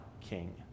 king